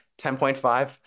10.5